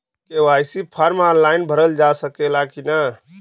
KYC form online भरा सकला की ना?